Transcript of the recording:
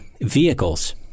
vehicles